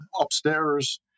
upstairs